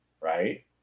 right